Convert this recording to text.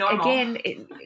again